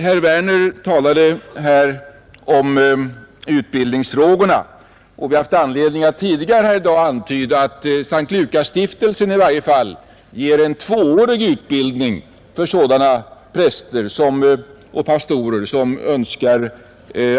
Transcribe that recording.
Herr Werner talade här om utbildningsfrågorna, och vi har haft anledning att tidigare i dag antyda att S:t Lukasstiftelsen i varje fall ger en tvåårig utbildning för sådana präster och pastorer som önskar